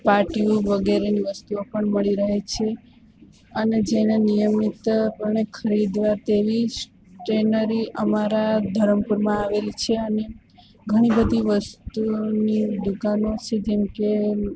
પાટિયું વગેરે વસ્તુઓ પણ મળી રહે છે અને જેને નિયમિત અને ખરીદવા તેવીજ ટ્રેનરી અમારા ધરમપૂરમાં આવેલી છે અને ઘણીબધી વસ્તુઓની દુકાનો છે જેમકે